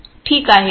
ठीक आहे